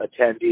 attendees